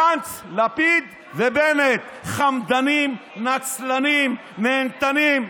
גנץ, לפיד ובנט, חמדנים, נצלנים, נהנתנים.